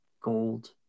Gold